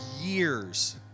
years